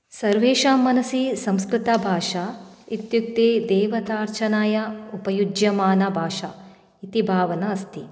सर्वेषां मनसि संस्कृतभाषा इत्युक्ते देवतार्चनाय उपयुज्यमाना भाषा इति भावना अस्ति